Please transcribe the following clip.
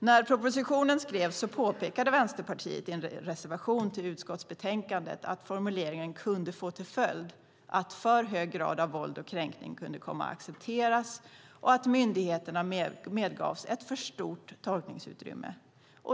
När propositionen skrevs påpekade Vänsterpartiet i en reservation till utskottsbetänkandet att formuleringen kunde få till följd att för hög grad av våld och kränkning kunde komma att accepteras och att myndigheterna medgavs ett för stort tolkningsutrymme.